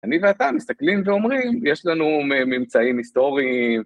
אני ואתה מסתכלים ואומרים, יש לנו ממצאים היסטוריים.